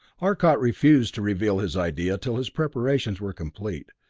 arcot refused to reveal his idea till his preparations were complete,